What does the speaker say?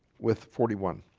with forty one